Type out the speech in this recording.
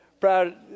proud